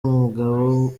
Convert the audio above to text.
umugabo